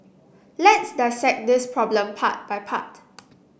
let's dissect this problem part by part